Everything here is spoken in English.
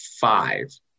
five